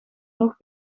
nog